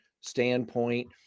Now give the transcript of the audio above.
standpoint